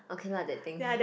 okay lah that thing